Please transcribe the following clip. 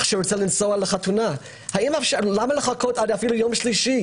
אח שרוצה לנסוע לחתונה בשביל מה לחכות ליום שלישי?